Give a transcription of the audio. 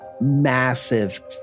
massive